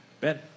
Ben